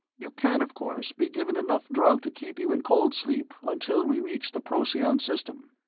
you can, of course, be given enough drug to keep you in cold-sleep until we reach the procyon system.